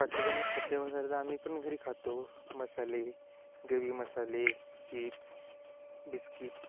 पाकिटबंद खाद्यपदार्थ तर आम्ही पण घरी खातो मसाले ग्रेवी मसाले चिप्स बिस्कीट